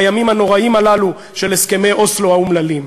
בימים הנוראים הללו של הסכמי אוסלו האומללים.